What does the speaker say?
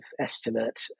estimate